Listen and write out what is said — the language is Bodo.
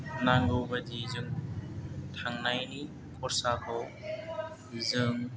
नांगौ बायदि जों थांनायनि खरसाखौ जों